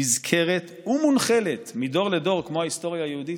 נזכרת ומונחלת מדור לדור כמו ההיסטוריה היהודית?